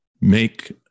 make